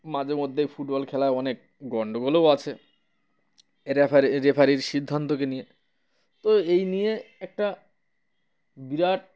মাঝে মধ্যেই ফুটবল খেলায় অনেক গণ্ডগোলও আছে রেফারি রেফারির সিদ্ধান্তকে নিয়ে তো এই নিয়ে একটা বিরাট